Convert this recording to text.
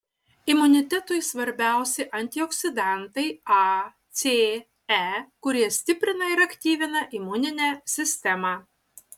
imunitetui svarbiausi antioksidantai a c e kurie stiprina ir aktyvina imuninę sistemą